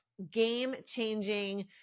game-changing